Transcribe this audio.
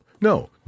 No